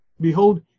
Behold